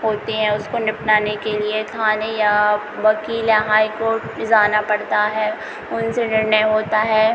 होती हैं उसको निपटाने के लिए थाने या वक़ील या हाई कोर्ट ले जाना पड़ता है उनसे निर्णय होता है